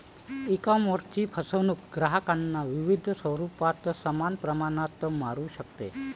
ईकॉमर्सची फसवणूक ग्राहकांना विविध स्वरूपात समान प्रमाणात मारू शकते